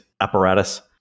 apparatus